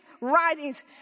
writings